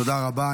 תודה רבה.